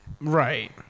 right